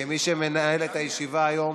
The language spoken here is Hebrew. כמי שמנהל את הישיבה היום,